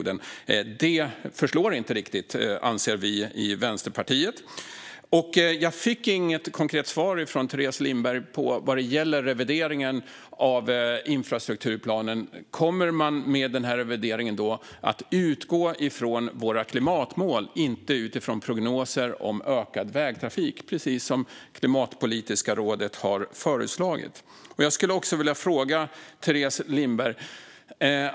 Det förslår inte riktigt, anser vi i Vänsterpartiet. Jag fick inget konkret svar från Teres Lindberg vad gäller revideringen av infrastrukturplanen. Kommer man med den revideringen att utgå från våra klimatmål, inte från prognoser om ökad vägtrafik, precis som Klimatpolitiska rådet har föreslagit? Jag skulle vilja ställa ännu en fråga till Teres Lindberg.